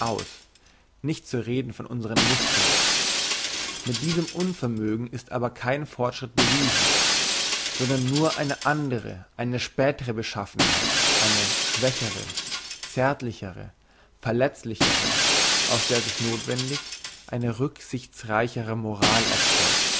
nicht zu reden von unsern muskeln mit diesem unvermögen ist aber kein fortschritt bewiesen sondern nur eine andre eine spätere beschaffenheit eine schwächere zärtlichere verletzlichere aus der sich nothwendig eine rücksichtenreiche moral erzeugt